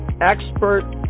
expert